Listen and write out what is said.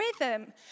rhythm